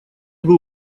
был